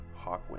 Hawkwind